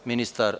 ministar.